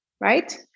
right